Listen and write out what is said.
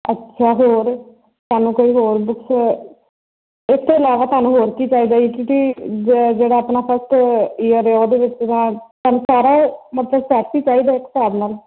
ਅੱਛਾ ਹੋਰ ਤੁਹਾਨੂੰ ਕੋਈ ਹੋਰ ਬੁਕ ਇਸ ਤੋਂ ਇਲਾਵਾ ਤੁਹਾਨੂੰ ਹੋਰ ਕੀ ਚਾਹੀਦਾ ਕਿਉਂਕਿ ਜਿ ਜਿਹੜਾ ਆਪਣਾ ਫਸਟ ਈਅਰ ਆ ਉਹਦੇ ਵਿੱਚ ਤਾਂ ਤੁਹਾਨੂੰ ਸਾਰਾ ਮਤਲਬ ਸੈਟ ਹੀ ਚਾਹੀਦਾ ਉਸ ਹਿਸਾਬ ਨਾਲ